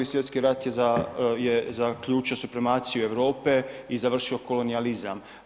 I. svj. rat je zaključio suprimaciju Europe i završio kolonijalizam.